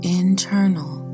internal